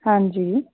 ਹਾਂਜੀ